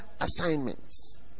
assignments